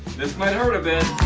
this might hurt a bit.